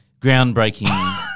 groundbreaking